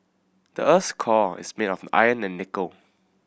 the earth core is made of iron and nickel